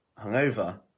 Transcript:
hungover